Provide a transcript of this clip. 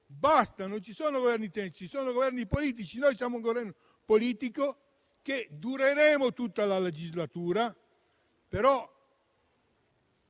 tecnici, ci sono Governi politici, noi siamo un Governo politico e dureremo tutta la legislatura". Però,